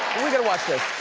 we gotta watch this.